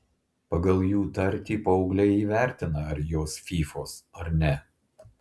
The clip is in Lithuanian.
pagal jų tartį paaugliai įvertina ar jos fyfos ar ne